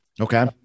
Okay